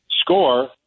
score